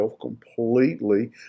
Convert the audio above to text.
completely